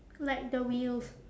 like the wheels